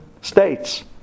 states